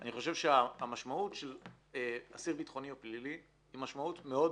אני חושב שהמשמעות של אסיר ביטחוני או פלילי היא משמעות מאוד